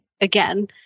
again